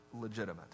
legitimate